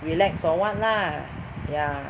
relax or what lah ya